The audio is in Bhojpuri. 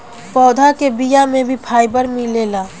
पौधा के बिया में भी फाइबर मिलेला